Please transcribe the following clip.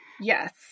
Yes